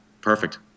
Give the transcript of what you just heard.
perfect